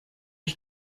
ich